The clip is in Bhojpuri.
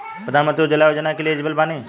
प्रधानमंत्री उज्जवला योजना के लिए एलिजिबल बानी?